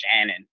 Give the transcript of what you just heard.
Shannon